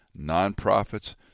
nonprofits